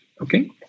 okay